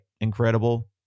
Incredible